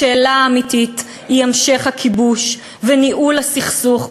השאלה האמיתית היא המשך הכיבוש וניהול הסכסוך,